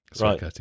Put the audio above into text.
right